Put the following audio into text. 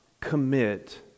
commit